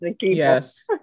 Yes